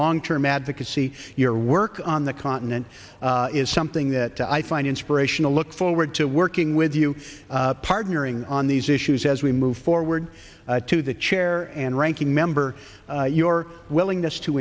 long term advocacy your work on the continent is something that i find inspirational look forward to working with you partnering on these issues as we move forward to the chair and ranking member your willingness to